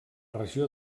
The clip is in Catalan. regió